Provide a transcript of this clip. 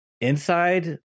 inside